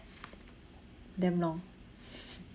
damn long